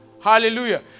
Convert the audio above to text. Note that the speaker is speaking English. Hallelujah